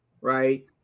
right